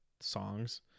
songs